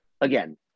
again